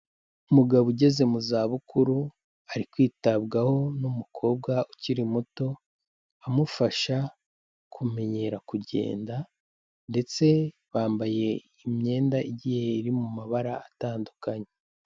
Umugabo ugeze mu zabukuru, ari kwitabwaho n'umukobwa ukiri muto, amufasha kumenyera kugenda, ndetse bambaye imyenda igiye iri mu mabara atandukanye.